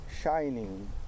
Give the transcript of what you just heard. shining